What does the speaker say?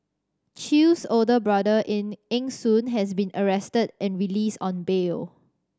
Chew's older brother Eng Eng Soon has been arrested and released on bail